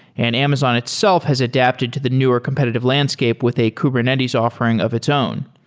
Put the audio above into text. and amazon itself has adapted to the newer competitive landscape with a kubernetes offering of its own.